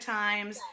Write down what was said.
times